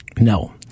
No